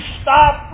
stop